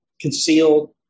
Concealed